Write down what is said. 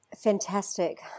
Fantastic